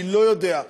אני לא יודע,